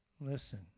listen